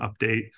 update